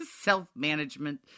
self-management